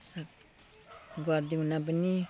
सक् गर्दैनौँ पनि